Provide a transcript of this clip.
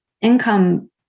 income